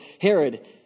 Herod